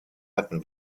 hatten